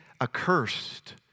accursed